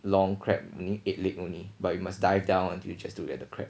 long crab only eight leg only but you must dive down until you just look at the crab